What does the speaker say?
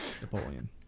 Napoleon